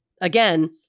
again